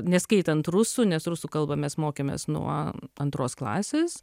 neskaitant rusų nes rusų kalbą mes mokėmės nuo antros klasės